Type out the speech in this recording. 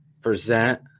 present